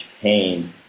pain